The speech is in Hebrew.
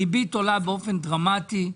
הריבית עולה באופן דרמטי.